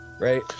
right